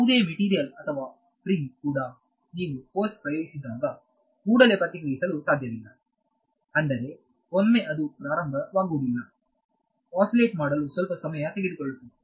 ಯಾವುದೇ ಮೆಟೀರಿಯಲ್ ಅಥವಾ ಸ್ಪ್ರಿಂಗ್ ಕೂಡ ನೀವು ಫೋರ್ಸ್ ಪ್ರಯೋಗಿಸಿದಾಗ ಕೂಡಲೇ ಪ್ರತಿಕ್ರಿಯಿಸಲು ಸಾಧ್ಯವಿಲ್ಲ ಅಂದರೆ ಒಮ್ಮೆಲೆ ಅದು ಪ್ರಾರಂಭವಾಗುವುದಿಲ್ಲ ಅಸಿಲೇಟ್ ಮಾಡಲು ಸ್ವಲ್ಪ ಸಮಯ ತೆಗೆದುಕೊಳ್ಳುತ್ತದೆ